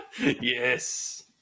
Yes